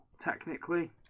technically